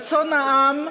רצון העם,